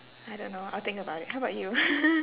I don't know I'll think about it how about you